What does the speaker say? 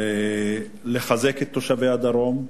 ולחזק את תושבי הדרום,